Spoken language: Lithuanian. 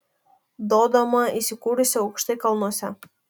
dodoma įsikūrusi aukštai kalnuose